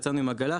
יצאנו עם עגלה,